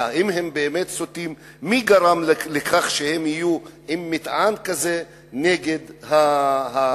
האם הם באמת סוטים ומי גרם לכך שהם יהיו עם מטען כזה נגד הממסד.